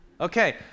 Okay